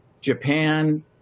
Japan